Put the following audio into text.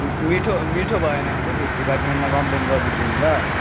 मिठो मिठो भएन भने चाहिँ फुड डिपार्टमेन्टलाई कम्प्लेन गरिदिन्छु नि ल